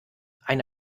eine